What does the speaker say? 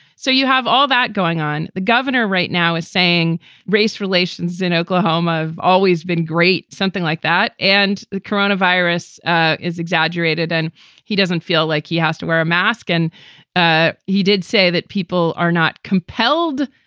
so you have all that going on. the governor right now is saying race relations in oklahoma have always been great. something like that. and the coronavirus ah is exaggerated. and he doesn't feel like he has to wear a mask. and ah he did say that people are not compelled.